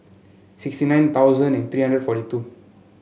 sixty nine thousand and three hundred forty two